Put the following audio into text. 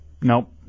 Nope